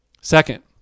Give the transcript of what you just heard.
Second